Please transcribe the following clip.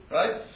right